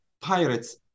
pirates